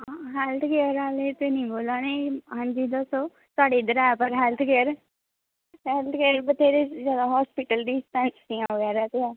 health care आह्ले निं बोल्ला ने आं पर साढ़े इद्धर ऐ हैल्थ केयर बत्हेरे हॉस्पिटल ते डिस्पेंसरियां ते ऐ